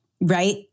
right